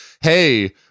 hey